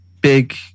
big